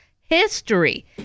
history